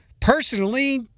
personally